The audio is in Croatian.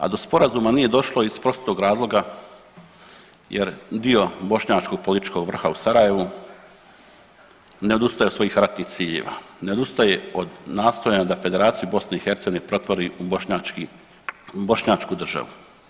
A do sporazuma nije došlo iz prostog razloga jer dio bošnjačkog političkog vrha u Sarajevu ne odustaje od svojih ratnih ciljeva, ne odustaje od nastojanja da Federaciju BiH pretvori u bošnjački, u bošnjačku državu.